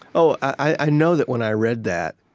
oh, i know that when i read that,